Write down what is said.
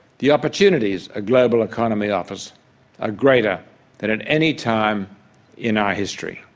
the opportunities a global economy offers are greater than at any time in our history